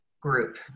group